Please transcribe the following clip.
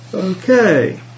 Okay